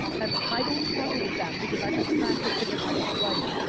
and i don't struggle with that because i've been practicing it my whole life,